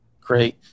great